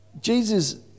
Jesus